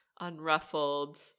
unruffled